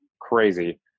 crazy